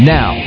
Now